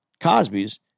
Cosby's